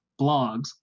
blogs